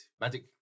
Magic